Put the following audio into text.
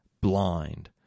blind